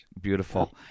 Beautiful